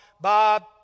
Bob